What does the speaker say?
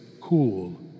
cool